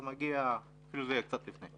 זה יהיה אפילו קצת לפני.